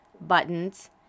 buttons